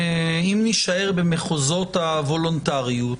אם נישאר במחוזות הוולונטריות,